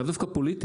לאו דווקא פוליטיים,